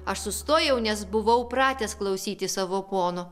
aš sustojau nes buvau pratęs klausyti savo pono